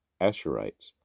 Asherites